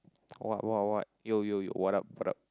what what what yo yo yo what up what up